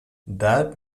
that